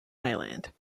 island